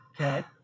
Okay